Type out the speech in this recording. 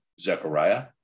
Zechariah